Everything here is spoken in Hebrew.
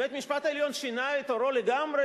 בית-משפט העליון שינה את עורו לגמרי?